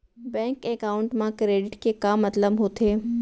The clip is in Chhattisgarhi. बैंक एकाउंट मा क्रेडिट के का मतलब होथे?